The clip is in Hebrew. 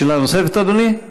שאלה נוספת, אדוני?